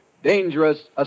Dangerous